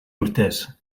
urtez